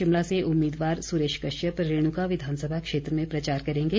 शिमला से उम्मीदवार सुरेश कश्यप रेणुका विधानसभा क्षेत्र में प्रचार करेंगे